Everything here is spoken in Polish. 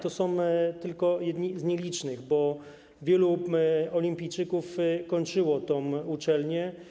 To są tylko jedni z nielicznych, bo wielu olimpijczyków kończyło tę uczelnię.